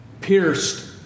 pierced